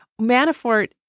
Manafort